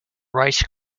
race